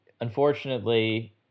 unfortunately